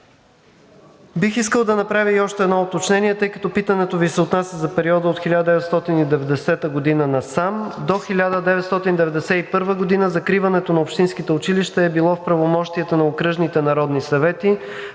Бих искал да направя и още едно уточнение, тъй като питането Ви се отнася за периода от 1990 г. насам. До 1991 г. закриването на общинските училища е било в правомощията на